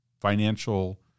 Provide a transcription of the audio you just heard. financial